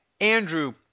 Andrew